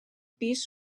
pis